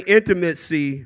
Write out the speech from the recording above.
intimacy